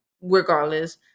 regardless